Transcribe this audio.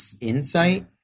insight